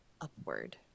upward